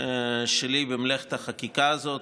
שלי במלאכת החקיקה הזאת,